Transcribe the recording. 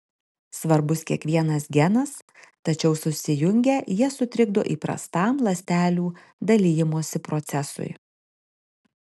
svarbus kiekvienas genas tačiau susijungę jie sutrikdo įprastam ląstelių dalijimosi procesui